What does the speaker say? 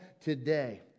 today